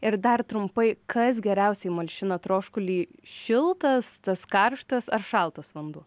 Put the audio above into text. ir dar trumpai kas geriausiai malšina troškulį šiltas tas karštas ar šaltas vanduo